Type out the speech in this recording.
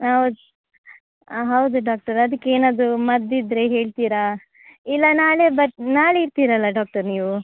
ಹಾಂ ಹೌದು ಹಾಂ ಹೌದು ಡಾಕ್ಟರ್ ಅದಕ್ಕೆ ಏನಾದರು ಮದ್ದಿದ್ದರೆ ಹೇಳ್ತಿರಾ ಇಲ್ಲ ನಾಳೆ ಬರ್ ನಾಳೆ ಇರ್ತಿರಲ್ಲ ಡಾಕ್ಟರ್ ನೀವು